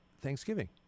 Thanksgiving